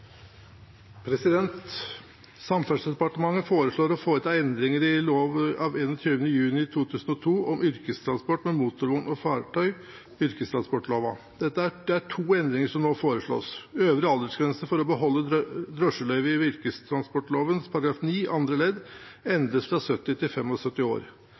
Samferdselsdepartementet foreslår å foreta endringer i lov av 21. juni 2002 om yrkestransport med motorvogn og fartøy, yrkestransportloven. Det er to endringer som nå foreslås. Øvre aldersgrense for å beholde drosjeløyve i yrkestransportloven § 9 andre ledd endres fra 70 til 75 år.